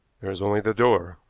there is only the door.